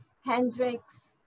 Hendrix